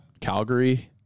Calgary –